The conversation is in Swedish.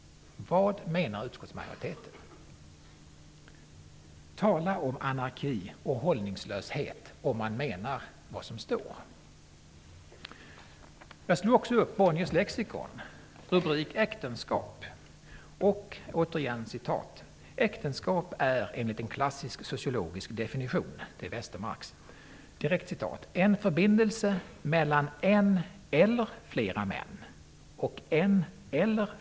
Vad menar utskottsmajoriteten? Tala om anarki och hållningslöshet!, om den menar vad som står. Jag slog också upp Bonniers lexikon under ordet äktenskap. Återigen ett citat: ''Äktenskap är enl. ''en förbindelse mellan en el. flera män och en el.